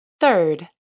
Third